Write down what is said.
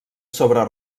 sobre